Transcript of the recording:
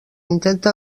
intenta